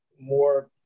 more –